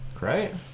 Right